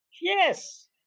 Yes